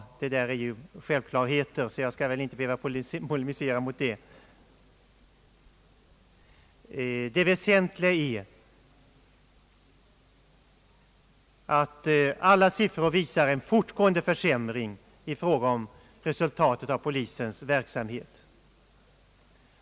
Detta är ju självklarheter som jag alltså inte skall polemisera emot. Det väsentliga är att alla siffror visar på en fortskridande försämring i fråga om brottsutvecklingen.